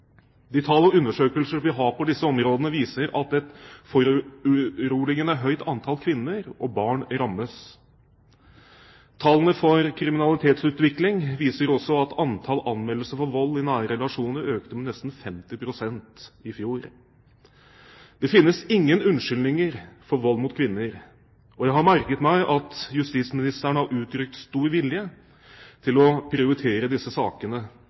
De tall og undersøkelser vi har på disse områdene, viser at et foruroligende høyt antall kvinner og barn rammes. Tallene for kriminalitetsutvikling viser også at antall anmeldelser av vold i nære relasjoner økte med nesten 50 pst. i fjor. Det finnes ingen unnskyldninger for vold mot kvinner. Jeg har merket meg at justisministeren har uttrykt stor vilje til å prioritere disse sakene.